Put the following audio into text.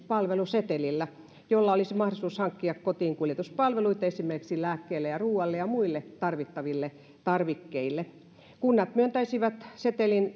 palvelusetelillä jolla olisi mahdollisuus hankkia kotiinkuljetuspalveluita esimerkiksi lääkkeille ja ruoalle ja muille tarvittaville tarvikkeille kunnat myöntäisivät setelin